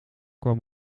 kwam